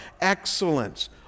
excellence